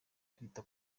kwita